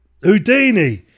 Houdini